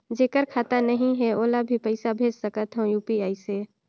जेकर खाता नहीं है ओला भी पइसा भेज सकत हो यू.पी.आई से?